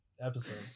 episode